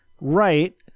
Right